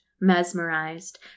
mesmerized